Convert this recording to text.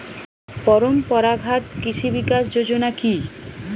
পরম্পরা ঘাত কৃষি বিকাশ যোজনা কি?